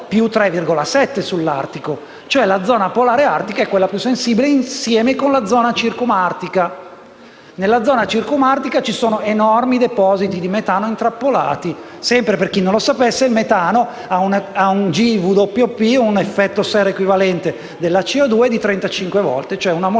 più 3,7 gradi sull'artico. La zona polare artica è quella più sensibile insieme con la zona circumartica. Nella zona circumartica ci sono enormi depositi di metano intrappolati. Sempre per chi non lo sapesse, il metano ha un GWP (*global warming potential*) di 35 volte, cioè una molecola